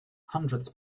hundreds